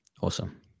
Awesome